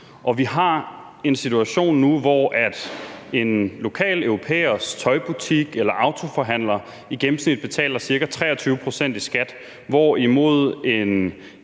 vi har en situation nu, hvor en lokal europæers tøjbutik eller autoforhandler i gennemsnit betaler ca. 23 pct. i skat, hvorimod et